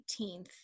18th